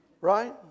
right